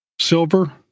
silver